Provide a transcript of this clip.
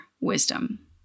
wisdom